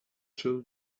chill